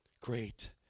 great